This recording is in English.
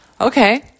Okay